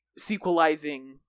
sequelizing